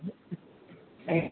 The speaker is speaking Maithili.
आएँ